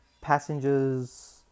passengers